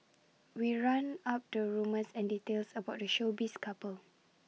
we round up the rumours and details about the showbiz couple